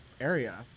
area